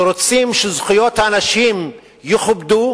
שרוצים שזכויות האנשים יכובדו,